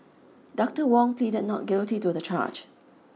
Doctor Wong pleaded not guilty to the charge